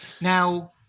Now